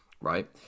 right